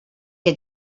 que